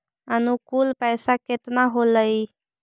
अनुकुल पैसा केतना होलय